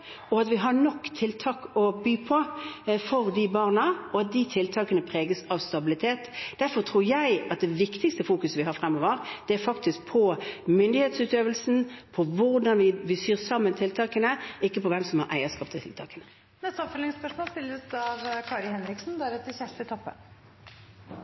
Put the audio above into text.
at vi har nok tiltak å by på for barna, og at tiltakene preges av stabilitet. Derfor tror jeg at det viktigste å fokusere på fremover faktisk er myndighetsutøvelsen, hvordan vi syr sammen tiltakene, ikke hvem som har eierskap til tiltakene. Kari Henriksen – til oppfølgingsspørsmål.